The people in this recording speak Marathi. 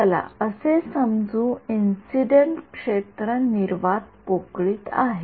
चला असे समजू इंसिडेन्ट क्षेत्र निर्वात पोकळीत आहे